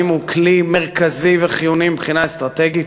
הוא כלי מרכזי וחיוני מבחינה אסטרטגית?